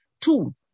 Two